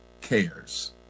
cares